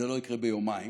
זה לא יקרה ביומיים.